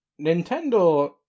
Nintendo